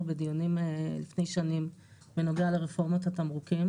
בדיונים לפני שנים בנוגע לרפורמות התמרוקים.